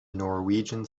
norwegian